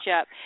up